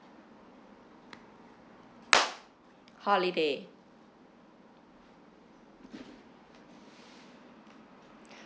holiday